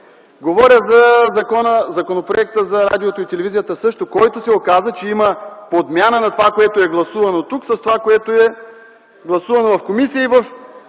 Говоря за Законопроекта за радиото и телевизията също, който се оказа, че има подмяна на това, което е гласувано тук, с това, което е гласувано в комисия и е